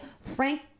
Frank